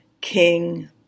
King